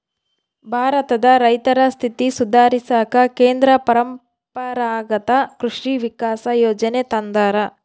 ಭಾರತದ ರೈತರ ಸ್ಥಿತಿ ಸುಧಾರಿಸಾಕ ಕೇಂದ್ರ ಪರಂಪರಾಗತ್ ಕೃಷಿ ವಿಕಾಸ ಯೋಜನೆ ತಂದಾರ